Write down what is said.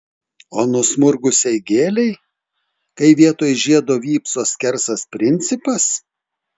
o nusmurgusiai gėlei kai vietoj žiedo vypso skersas principas